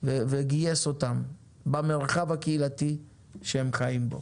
וגייס אותם במרחב הקהילתי שהם חיים בו.